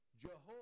Jehovah